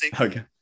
okay